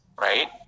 right